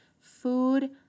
food